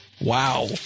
Wow